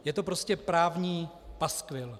Je to prostě právní paskvil.